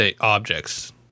objects